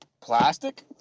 Plastic